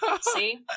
See